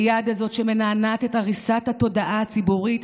היד הזאת שמנענעת את עריסת התודעה הציבורית,